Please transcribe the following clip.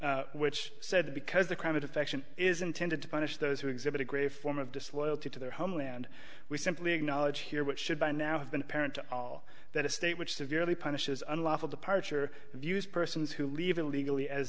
roman which said because the crime of affection is intended to punish those who exhibit a great form of disloyalty to their homeland we simply acknowledge here which should by now have been apparent to all that a state which severely punished as unlawful departure views persons who leave illegally as